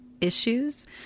issues